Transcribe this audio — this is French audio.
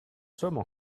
sommes